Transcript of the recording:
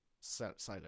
silent